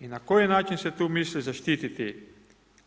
I na koji način se tu misli zaštititi